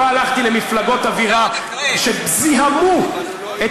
ולא הלכתי למפלגות אווירה שזיהמו את